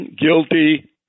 guilty